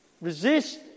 resist